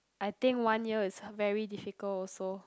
I think one year is very difficult also